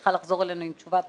צריכה לחזור אלינו עם תשובה לנושא.